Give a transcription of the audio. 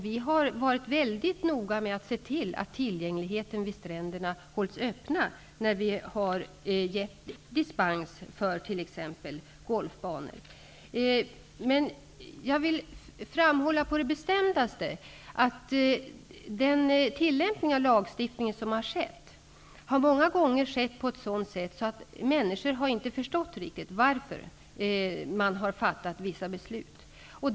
Vi har varit väldigt noga med att se till att tillgängligheten vid stränderna hålls öppen när vi har gett dispens för t.ex. golfbanor. Jag vill framhålla på det bestämdaste att den tillämpning av lagstiftningen som har skett många gånger har skett på ett sådant sätt att människor inte riktigt har förstått varför vissa beslut har fattats.